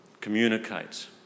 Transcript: communicates